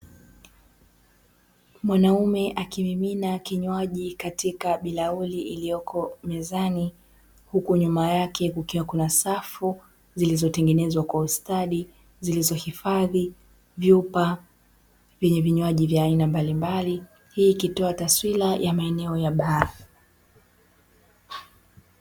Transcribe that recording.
Mwanaume akimimina kinywaji katika bilauli iliyoko mezani. Huku nyuma yake kukiwa kuna safu zilizotengenezwa kwa ustadi, zilizohifadhi vyupa vyenye vinywaji vya aina mbalimbali, hii ikitoa taswira ya maeneo ya baa.